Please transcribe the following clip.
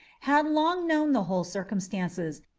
had long known the whole circumstances,